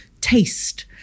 taste